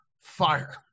fire